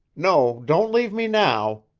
no don't leave me now.